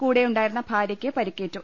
കൂടെയുണ്ടായിരുന്ന ഭാരൃയ്ക്ക് പരിക്കേറ്റു